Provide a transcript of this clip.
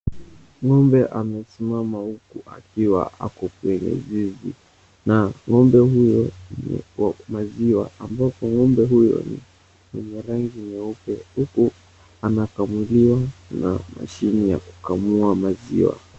Ng'ombe amesimama huku akiwa kwenye zizi na ng'ombe wa maziwa ambapo ng'ombe huyo wenye rangi nyeupe huku anakamuliwa na mashini ya kukamua maziwa.